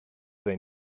they